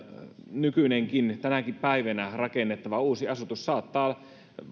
nykyinenkin tänäkin päivänä rakennettava uusi asutus saattaa